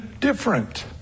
different